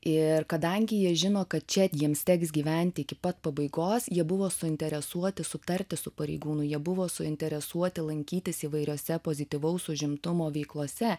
ir kadangi jie žino kad čia jiems teks gyventi iki pat pabaigos jie buvo suinteresuoti sutarti su pareigūnu jie buvo suinteresuoti lankytis įvairiose pozityvaus užimtumo veiklose